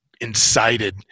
incited